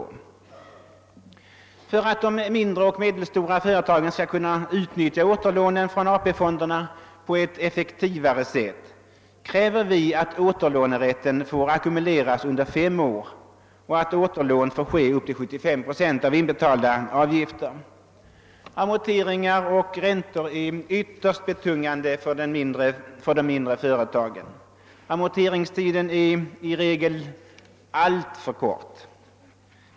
För att de mindre och medelstora företagen skall kunna utnyttja återlånen från AP fonderna på ett effektivare sätt kräver vi att återlånerätten får ackumuleras under fem år och att återlån får ske upp till 75 procent av inbetalda avgifter. betungande för de mindre företagen. Amorteringstiden är i regel alltför kort.